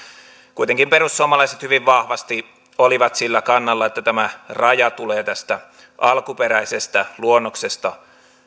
kuitenkin perussuomalaiset hyvin vahvasti olivat sillä kannalla että tämä raja tulee tästä alkuperäisestä luonnoksesta